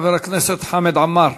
חבר הכנסת חמד עמאר.